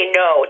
no